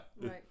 Right